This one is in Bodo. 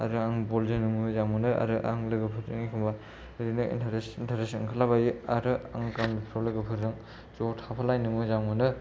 आरो आं बल जोनोबो मोजां मोनो आरो आं लोगोफोरजों एखम्बा ओरैनो इन्टारेस इन्टारेस ओंखारलाबायो आरो आं गामिफ्राव लोगोफोरजों ज' थाफालायनो मोजां मोनो